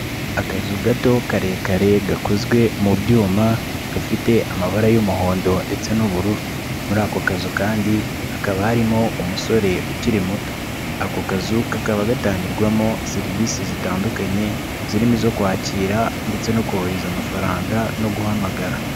Akazu gato karekare gakozwe mu byuma, gafite amabara y'umuhondo ndetse n'ubururu. Muri ako kazu kandi hakaba harimo umusore ukiri muto. Ako kazu kakaba gatangirwamo serivisi zitandukanye, zirimo izo kwakira ndetse no kohereza amafaranga no guhamagara.